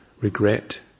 Regret